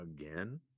again